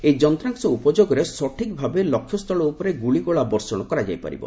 ଏହି ଯନ୍ତ୍ରାଂଶ ଉପଯୋଗରେ ସଠିକ୍ଭାବେ ଲକ୍ଷ୍ୟସ୍ଥଳ ଉପରେ ଗୁଳିଗୋଳା ବର୍ଷଣ କରାଯାଇପାରିବ